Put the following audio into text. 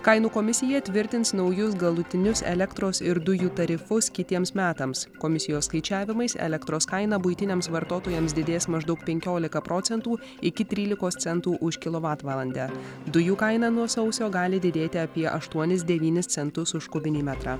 kainų komisija tvirtins naujus galutinius elektros ir dujų tarifus kitiems metams komisijos skaičiavimais elektros kaina buitiniams vartotojams didės maždaug penkiolika procentų iki trylikos centų už kilovatvalandę dujų kaina nuo sausio gali didėti apie aštuonis devynis centus už kubinį metrą